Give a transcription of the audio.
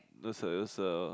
it was a it was a